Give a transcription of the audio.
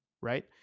right